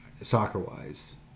soccer-wise